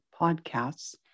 podcasts